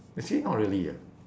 actually not really ah